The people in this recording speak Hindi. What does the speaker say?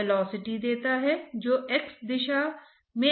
तो ये पांच अलग अलग टुकड़े हैं जिन्हें हमें लिखना है